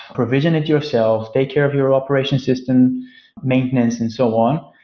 provision and yourself, take care of your operation system maintenance and so on.